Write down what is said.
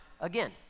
again